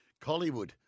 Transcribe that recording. Collywood